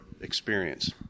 experience